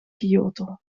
kyoto